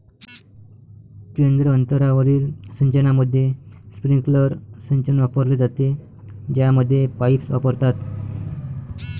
केंद्र अंतरावरील सिंचनामध्ये, स्प्रिंकलर सिंचन वापरले जाते, ज्यामध्ये पाईप्स वापरतात